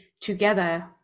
together